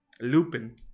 Lupin